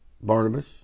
Barnabas